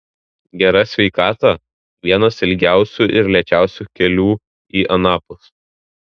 gera sveikata vienas ilgiausių ir lėčiausių kelių į anapus